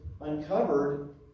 uncovered